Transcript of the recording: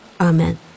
Amen